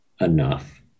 enough